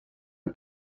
and